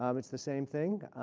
um it's the same thing.